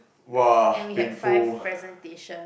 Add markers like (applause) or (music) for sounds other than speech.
!wah! painful (breath)